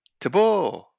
Tabor